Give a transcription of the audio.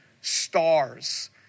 stars